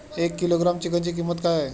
एक किलोग्रॅम चिकनची किंमत काय आहे?